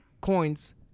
coins